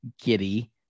Giddy